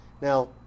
Now